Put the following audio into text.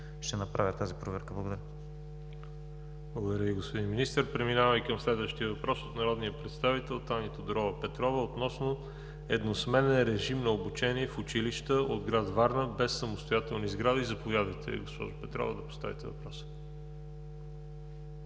Ще направя тази проверка. Благодаря. ПРЕДСЕДАТЕЛ ВАЛЕРИ ЖАБЛЯНОВ: Благодаря Ви, господин Министър. Преминаваме към следващия въпрос от народния представител Таня Тодорова Петрова относно едносменен режим на обучение в училища от град Варна без самостоятелни сгради. Заповядайте, госпожо Петрова, да поставите въпроса.